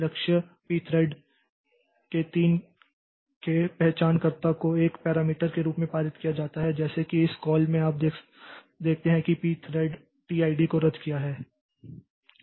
लक्ष्य pthread के तीन के पहचानकर्ता को एक पैरामीटर के रूप में पारित किया जाता है जैसे कि इस कॉल में आप देखते हैं कि पी थ्रेड टी ऐडी को रद्द किया है